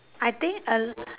I think uh